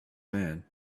man